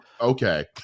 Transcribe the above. Okay